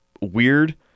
weird